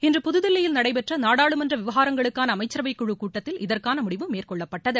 இன்று புதுதில்லியில் நடைபெற்ற நாடாளுமன்ற விவகாரங்களுக்கான அமைச்சரவை குழு கூட்டத்தில் இதற்கான முடிவு மேற்கொள்ளப்பட்டது